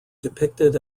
depicted